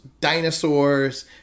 dinosaurs